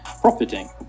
profiting